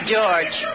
George